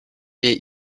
est